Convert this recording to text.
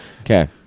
Okay